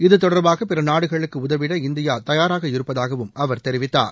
இது தொடர்பாக பிறநாடுகளுக்கு உதவிட இந்தியா தயாராக இருப்பதாகவும் அவர் தெரிவித்தார்